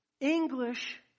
English